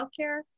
healthcare